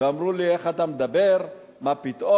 ואמרו לי, איך אתה מדבר, מה פתאום.